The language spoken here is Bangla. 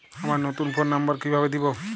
আমার নতুন ফোন নাম্বার কিভাবে দিবো?